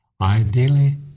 ideally